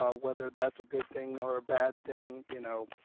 ah whether that's a good thing or a bad thing, you know,